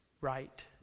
right